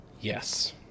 Yes